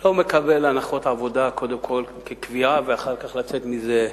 לא מקבל הנחות עבודה כקביעה, ואחר כך לצאת מזה.